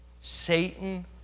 Satan